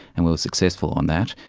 and we were successful on that.